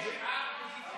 אין נמנעים.